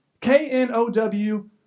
K-N-O-W